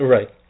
Right